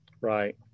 Right